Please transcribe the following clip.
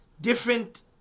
different